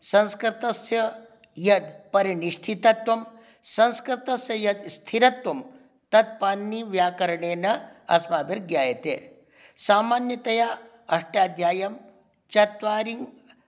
संस्कृतस्य यद् परिनिष्ठितत्वं संस्कृतस्य यद् स्थिरत्वं तत् पाणिनीव्याकरणेन अस्माभिर्ज्ञायते सामान्यतया अष्टाध्याय्यां चत्वारिं